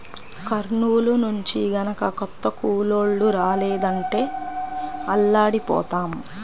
కర్నూలు నుంచి గనక కొత్త కూలోళ్ళు రాలేదంటే అల్లాడిపోతాం